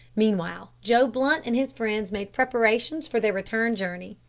meanwhile joe blunt and his friends made preparations for their return journey.